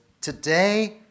today